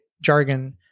jargon